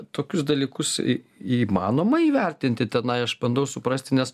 tokius dalykus i įmanoma įvertinti tenai aš bandau suprasti nes